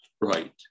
right